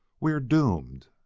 we are doomed!